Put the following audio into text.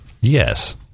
Yes